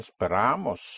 Esperamos